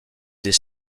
des